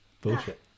Bullshit